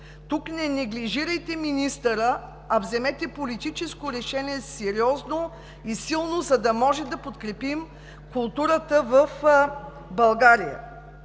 Тук не неглижирайте министъра, а вземете политическо решение – сериозно и силно, за да може да подкрепим културата в България.